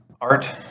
Art